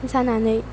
जानानै